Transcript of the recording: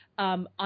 On